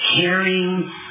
caring